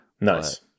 nice